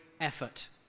effort